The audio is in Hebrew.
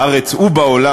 בארץ ובעולם,